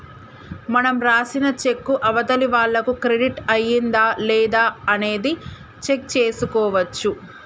మనం రాసిన చెక్కు అవతలి వాళ్లకు క్రెడిట్ అయ్యిందా లేదా అనేది చెక్ చేసుకోవచ్చు